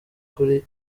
kuri